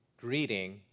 greeting